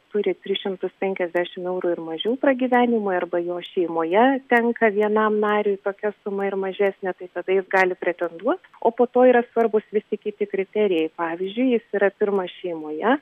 turi tris šimtus penkiasdešim eurų ir mažiau pragyvenimui arba jo šeimoje tenka vienam nariui tokia suma ir mažesnė tai tada jis gali pretenduot o po to yra svarbūs visi kiti kriterijai pavyzdžiui jis yra pirmas šeimoje